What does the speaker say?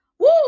Woo